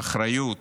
האחריות?